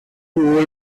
too